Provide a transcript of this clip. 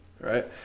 right